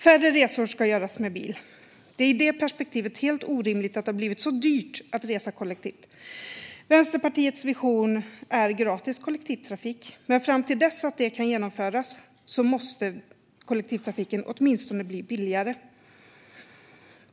Färre resor ska göras med bil. Det är i detta perspektiv helt orimligt att det har blivit så dyrt att resa kollektivt. Vänsterpartiets vision är gratis kollektivtrafik, men fram till dess att det kan genomföras måste kollektivtrafiken åtminstone bli billigare.